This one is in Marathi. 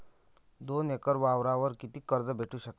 दोन एकर वावरावर कितीक कर्ज भेटू शकते?